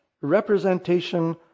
representation